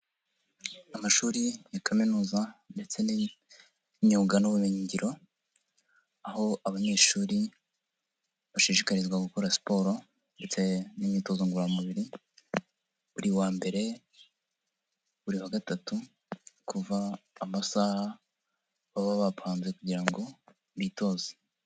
Amashuri ya kaminuza ndetse n'imyuga n'ubumenyingiro aho abanyeshuri bashishikarizwa gukora siporo ndetse n'imyitozo ngororamubiri buri wa mbere, buri wa gatatu kuva amasaha baba bapanze kugira ngo bitoze.